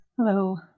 Hello